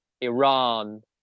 Iran